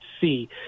see